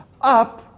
up